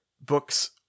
book's